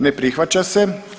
Ne prihvaća se.